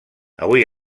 avui